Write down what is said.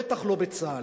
בטח לא בצה"ל.